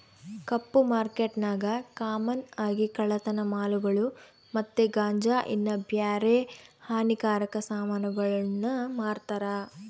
ಕಪ್ಪು ಮಾರ್ಕೆಟ್ನಾಗ ಕಾಮನ್ ಆಗಿ ಕಳ್ಳತನ ಮಾಲುಗುಳು ಮತ್ತೆ ಗಾಂಜಾ ಇನ್ನ ಬ್ಯಾರೆ ಹಾನಿಕಾರಕ ಸಾಮಾನುಗುಳ್ನ ಮಾರ್ತಾರ